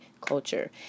culture